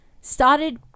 started